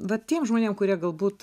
va tiem žmonėm kurie galbūt